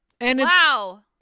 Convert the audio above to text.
Wow